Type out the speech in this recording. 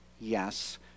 Yes